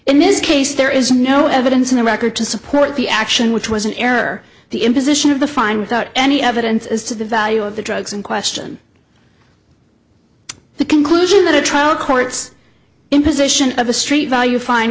in this case there is no evidence in the record to support the action which was an error the imposition of the fine without any evidence as to the value of the drugs in question the conclusion that a trial court's imposition of a street value fin